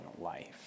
life